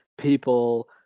People